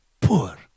poor